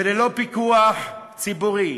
וללא פיקוח ציבורי?